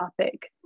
topic